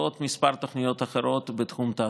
ועוד כמה תוכניות אחרות בתחום התעסוקה.